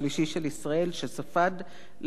שספד לז'בוטינסקי,